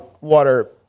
water